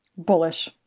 Bullish